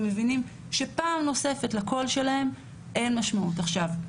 הם מבינים שפעם נוספת לקול שלהם אין משמעות עכשיו,